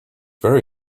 very